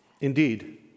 Indeed